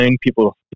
people